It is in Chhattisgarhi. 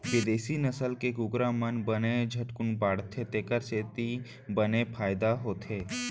बिदेसी नसल के कुकरा मन बने झटकुन बाढ़थें तेकर सेती बने फायदा होथे